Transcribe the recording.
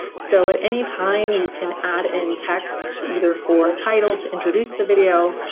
so at any time you can add in text, either for a title to introduce the video,